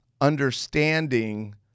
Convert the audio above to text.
understanding